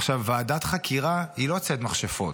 עכשיו, ועדת חקירה היא לא ציד מכשפות.